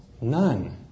None